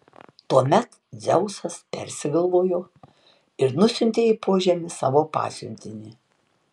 tuomet dzeusas persigalvojo ir nusiuntė į požemį savo pasiuntinį